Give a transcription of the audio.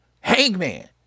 Hangman